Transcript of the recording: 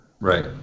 Right